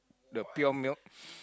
the pure milk